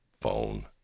phone